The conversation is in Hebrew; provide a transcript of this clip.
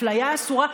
אפליה אסורה.